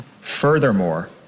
Furthermore